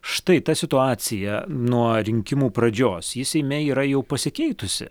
štai ta situacija nuo rinkimų pradžios ji seime yra jau pasikeitusi